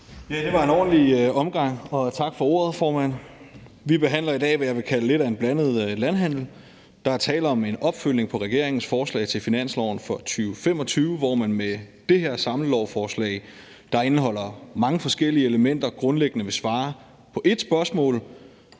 det er en ordentlig omgang lovændringer. Vi behandler i dag, hvad jeg vil kalde lidt af en blandet landhandel. Der er tale om en opfølgning på regeringens forslag til finanslov for 2025, hvor man med det her samlelovforslag, der indeholder mange forskellige elementer, grundlæggende vil svare på ét spørgsmål,